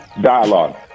dialogue